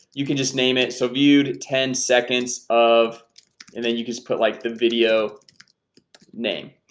you can just name it so viewed ten seconds of and then you just put like the video name,